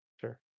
sure